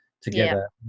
together